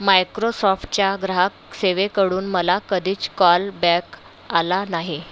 मायक्रोसॉफ्टच्या ग्राहक सेवेकडून मला कधीच कॉल बॅक आला नाही